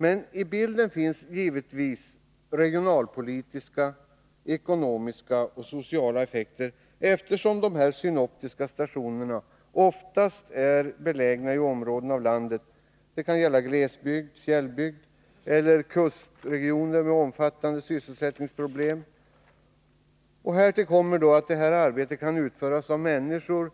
Med i bilden finns givetvis regionalpolitiska, ekonomiska och sociala effekter, eftersom de synoptiska stationerna oftast är belägna i områden av landet — det kan vara glesbygd, fjällbygd eller kustregioner — med omfattande sysselsättningsproblem. Härtill kommer att detta arbete kan utföras av människor